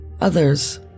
Others